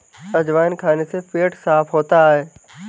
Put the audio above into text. अजवाइन खाने से पेट साफ़ होता है